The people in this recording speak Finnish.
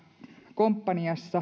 komppaniaa